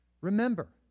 Remember